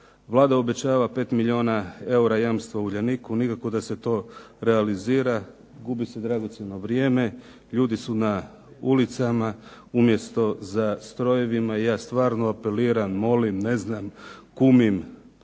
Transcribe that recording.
Vlada obećava 5 milijuna eura jamstva "Uljaniku", nikako da se to realizira, gubi se dragocjeno vrijeme. Ljudi su na ulicama umjesto za strojevima. I ja stvarno apeliram, molim, ne znam kumim,